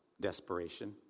desperation